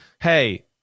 hey